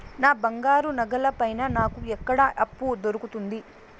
నా బంగారు నగల పైన నాకు ఎక్కడ అప్పు దొరుకుతుంది